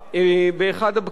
באחד הבקרים,